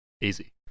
easy